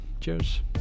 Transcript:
Cheers